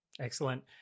Excellent